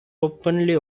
openly